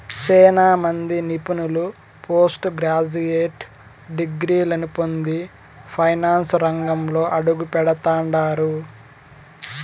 సేనా మంది నిపుణులు పోస్టు గ్రాడ్యుయేట్ డిగ్రీలని పొంది ఫైనాన్సు రంగంలో అడుగుపెడతండారు